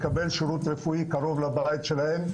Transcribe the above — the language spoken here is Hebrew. לקבל שירות רפואי קרוב לבית שלהם,